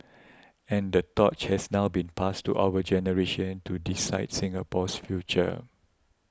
and the torch has now been passed to our generation to decide Singapore's future